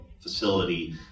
facility